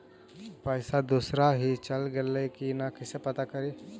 पैसा दुसरा ही चल गेलै की न कैसे पता करि?